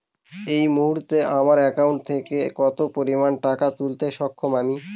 এই মুহূর্তে আমার একাউন্ট থেকে কত পরিমান টাকা তুলতে সক্ষম আমি?